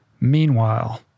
Meanwhile